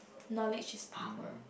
knowledge is power